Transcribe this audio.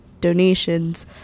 donations